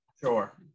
Sure